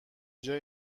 جای